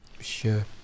sure